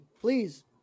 please